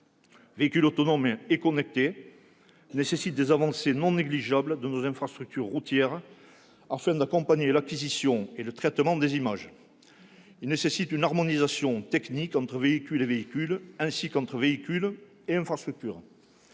véhicule autonome et connecté requiert des avancées non négligeables en termes d'infrastructures routières afin d'accompagner l'acquisition et le traitement des images. Il nécessite une harmonisation technique entre véhicules et véhicules ainsi qu'entre véhicules et infrastructures.